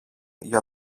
για